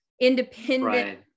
independent